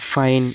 fine